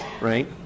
right